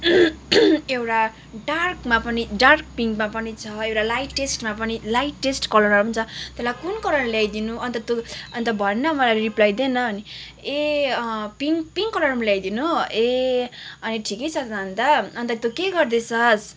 एउटा डार्कमा पनि डार्क पिङ्कमा पनि छ एउटा लाइटेस्टमा पनि लाइटेस्ट कलरमा पनि छ तँलाई कुन कलर ल्याइदिनु अन्त तँ अन्त भन् न मलाई रिप्लाई दे न ए अँ पिङ्क पिङ्क कलरमा ल्याइदिनु ए अनि ठिकै छ त अन्त अन्त तँ के गर्दैछस्